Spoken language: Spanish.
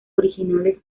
originales